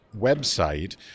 website